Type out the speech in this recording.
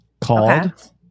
called